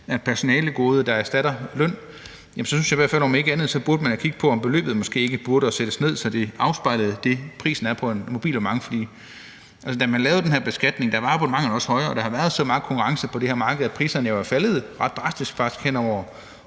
et personalegode, der erstatter løn, så synes jeg i hvert fald, at man om ikke andet burde kigge på, om beløbet måske ikke burde sættes ned, så det afspejlede det, prisen er på et mobilabonnement. For da man lavede den her beskatning, var prisen på abonnementer også højere, men der har været så meget konkurrence på det her marked, at priserne faktisk er faldet ret drastisk hen over